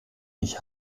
ich